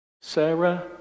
Sarah